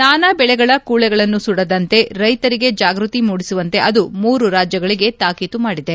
ನಾನಾ ಬೆಳೆಗಳ ಕೂಳೆಗಳನ್ನು ಸುಡದಂತೆ ರೈತರಿಗೆ ಜಾಗೃತಿ ಮೂಡಿಸುವಂತೆ ಅದು ಮೂರು ರಾಜ್ಜಗಳಿಗೆ ತಾಕೀತು ಮಾಡಿದೆ